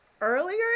Earlier